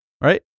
right